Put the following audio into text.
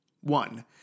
One